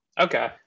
Okay